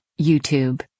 YouTube